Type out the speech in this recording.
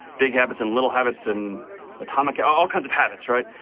big habits, and little habits, and atomic. all kinds of habits, right?